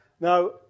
Now